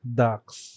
ducks